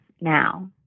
now